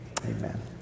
amen